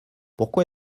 pourquoi